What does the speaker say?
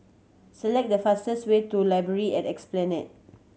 select the fastest way to Library at Esplanade